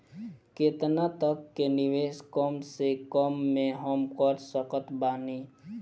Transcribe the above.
केतना तक के निवेश कम से कम मे हम कर सकत बानी?